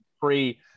free